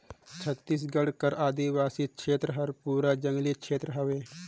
छत्तीसगढ़ कर आदिवासी छेत्र हर पूरा जंगली छेत्र हवे